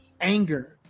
anger